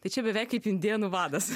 tai čia beveik kaip indėnų vadas